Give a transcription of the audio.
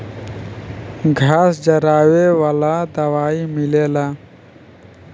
घास जरावे वाला दवाई मिलेला